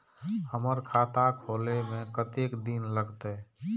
हमर खाता खोले में कतेक दिन लगते?